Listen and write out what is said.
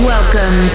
Welcome